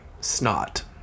Snot